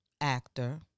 actor